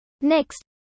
Next